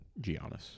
Giannis